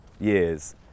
years